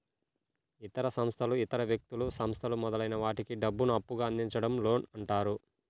ఇతర సంస్థలు ఇతర వ్యక్తులు, సంస్థలు మొదలైన వాటికి డబ్బును అప్పుగా అందించడం లోన్ అంటారు